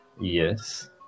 Yes